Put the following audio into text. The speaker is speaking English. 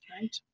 Right